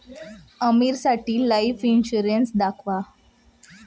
आमीरसाठी life insurance दाखवा